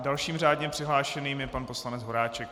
Dalším řádně přihlášeným je pan poslanec Horáček.